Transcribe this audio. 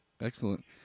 Excellent